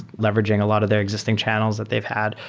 leveraging a lot of their existing channels that they've had.